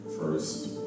first